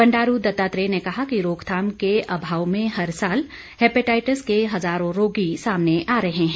बंडारू दत्तात्रेय ने कहा कि रोकथाम के अभाव में हर साल हेपेटाइटिस के हजारों रोगी सामने आ रहे हैं